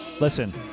Listen